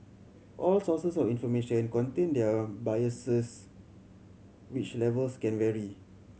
all sources of information contain their biases which levels can vary